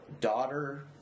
daughter